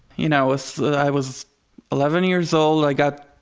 you know, ah so i was eleven years old, i got,